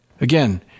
again